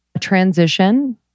transition